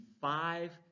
five